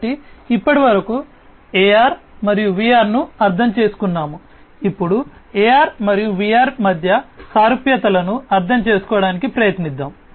కాబట్టి ఇప్పటివరకు AR మరియు VR ను అర్థం చేసుకున్నాము ఇప్పుడు AR మరియు VR మధ్య సారూప్యతలను అర్థం చేసుకోవడానికి ప్రయత్నిద్దాం